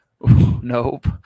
Nope